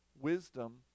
wisdom